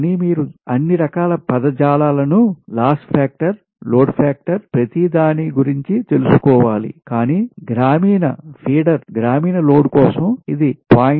కానీ మీరు అన్ని రకాల పదజాలాలను లాస్ ఫాక్టర్ లోడ్ ఫాక్టర్ ప్రతి దాని గురించి తెలుసుకోవాలి కానీ గ్రామీణ ఫీడర్ గ్రామీణ లోడ్ కోసం ఇది 0